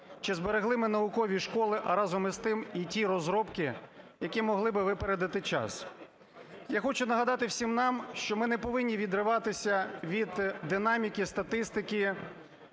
чи зберегли ми наукові школи, а разом із тим і ті розробки, які могли би випередити час. Я хочу нагадати всім нам, що ми не повинні відриватися від динаміки статистики